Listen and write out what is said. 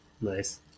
Nice